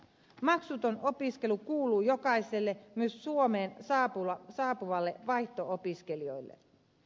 maksuton opiskelu kuuluu jokaiselle myös suomeen saapuville vaihto opiskelijoille